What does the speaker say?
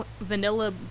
vanilla